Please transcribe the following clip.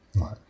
Right